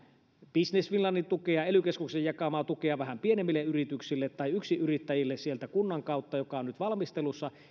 business finlandin tukea ely keskuksen jakamaa tukea vähän pienemmille yrityksille tai yksinyrittäjille sieltä kunnan kautta mikä on nyt valmistelussa